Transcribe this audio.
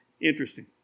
interesting